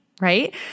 right